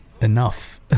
enough